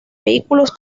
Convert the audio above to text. vehículos